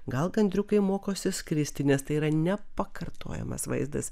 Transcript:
gal gandriukai mokosi skristi nes tai yra nepartojamas vaizdas